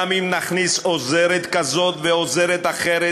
גם אם נכניס עוזרת כזאת ועוזרת אחרת,